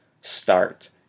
start